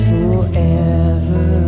forever